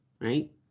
right